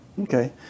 Okay